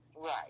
Right